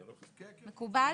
מקובל?